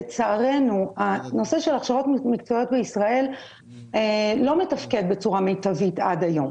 לצערנו הנושא של הכשרות מקצועיות בישראל לא מתפקד בצורה מיטבית עד היום.